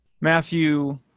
Matthew